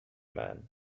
man